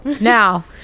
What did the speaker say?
now